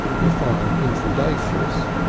if i am intrudaceous.